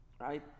right